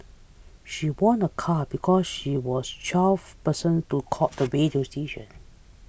she won a car because she was twelfth person to call the radio station